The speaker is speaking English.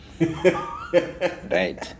Right